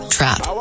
Trap